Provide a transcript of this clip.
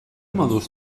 moduz